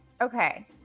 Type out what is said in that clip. Okay